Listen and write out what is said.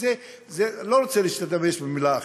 אני לא רוצה להשתמש במילה אחרת,